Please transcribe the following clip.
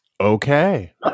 Okay